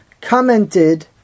commented